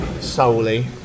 solely